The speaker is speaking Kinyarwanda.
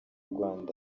rwanda